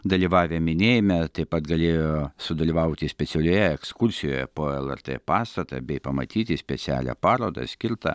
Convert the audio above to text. dalyvavę minėjime taip pat galėjo sudalyvauti specialioje ekskursijoje po lrt pastatą bei pamatyti specialią parodą skirtą